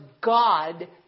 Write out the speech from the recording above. God